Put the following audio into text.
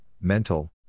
mental